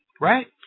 right